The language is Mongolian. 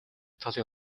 талын